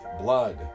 blood